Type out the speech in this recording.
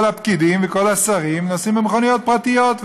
כל הפקידים וכל השרים נוסעים במכוניות פרטיות,